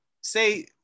say